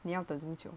你要等很久